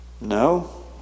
No